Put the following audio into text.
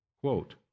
Quote